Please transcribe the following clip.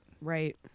Right